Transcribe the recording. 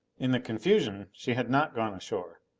in the confusion she had not gone ashore.